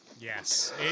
Yes